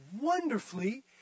wonderfully